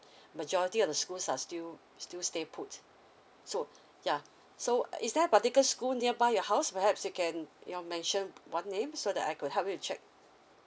majority of the schools are still still stay put so yeah so is there a particular school nearby your house perhaps you can you know mention one name so that I could help you to check